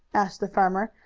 asked the farmer,